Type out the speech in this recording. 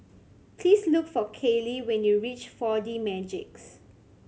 please look for Kayley when you reach Four D Magix